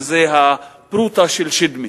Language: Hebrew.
שזה "הפרוטה של שדמי",